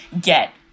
get –